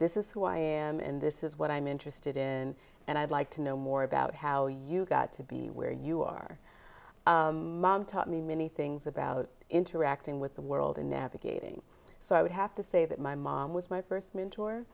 this is who i am and this is what i'm interested in and i'd like to know more about how you got to be where you are mom taught me many things about interacting with the world and navigating so i would have to say that my mom was my first mentor